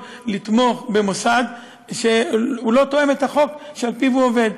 לתמוך במוסד שלא תואם את החוק שעל-פיו הוא עובד.